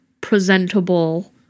presentable